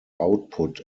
output